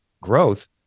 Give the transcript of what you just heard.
growth